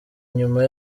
inyuma